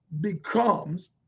becomes